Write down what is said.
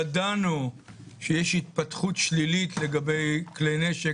ידענו שיש התפתחות שלילית לגבי כלי נשק,